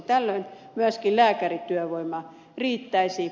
tällöin myöskin lääkärityövoima riittäisi